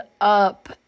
up